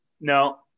No